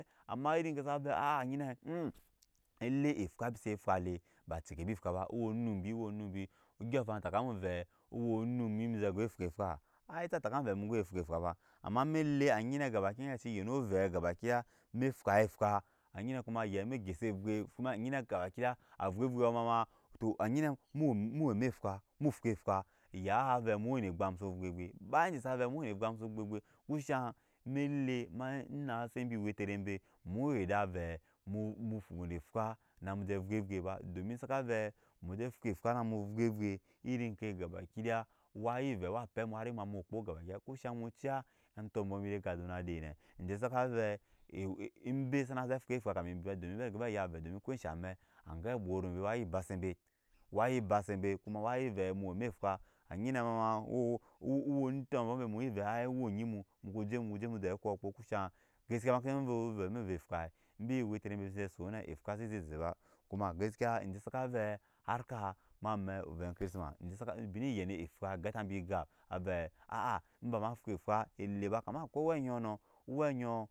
Ama yiri ke sana vɛ ah anyine ele afwa bise fwa e ba chekebi fwaba wu num bi wa numbi odyɔŋ afaŋ teke mu vɛ owo nume me ze gɔ vɛ fwi fwa ai sa teke mu vɛ mu go ve fwi fwa ba ama mele anyi ne gaba ki daya anyi ne aci yeno vɛ gabakidaya me fwi afwa anyine koma yen me gyase fwei funa anyine gaba kidaya afwi efwiɔ mama to anyi ne mu weme mu weme fwamu fwi fwa ya avɛ mu wene agbem musa fve fvei ba ede sabe mu wene egbem muso fve fvei ko shaŋ mele ma. na se bi wetere me mu yeda vɛ mu mu wene fwa. na mu je fve fvei ba domi saka vɛ mu je fwi fwa na mu fei fvei yiri ke ga ba ki daya waye vɛ wa pɛmu hari mu ju gabakidya ko shaŋ mu ciya antobo bi de kaduna dene ede saka vɛ aw ew embe sana ze fwi afwa kama embi ba domi ba rika be ya avɛ domu ko esha amɛk age abworo be wayi vɛ mu weme fwa anyine ma ma owo tombɔ be muyi ve ai wu mu ko je mu je mu je ko akpo ko shuŋ kaskiya maka vo ve ovɛ mu ve fisa embi weterebe bi se ze sone efwa se zeze bakoma saka ede saka vɛ hark ma mɛk ovɛ chisma ede sakaa bine yene efw gan tabi egap ave ah eba ma fwi fwa ele ba kama akwi oweɔɔ no owe nɔ